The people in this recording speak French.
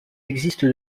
existe